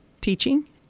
teaching